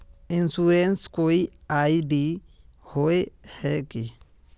Insurance कोई ID होय है की?